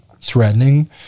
threatening